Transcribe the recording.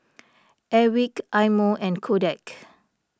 Airwick Eye Mo and Kodak